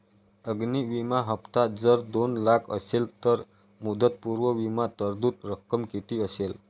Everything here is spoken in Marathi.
अग्नि विमा हफ्ता जर दोन लाख असेल तर मुदतपूर्व विमा तरतूद रक्कम किती असेल?